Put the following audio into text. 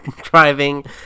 driving